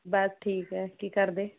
ਬਸ ਠੀਕ ਹੈ ਕੀ ਕਰਦੇ